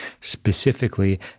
Specifically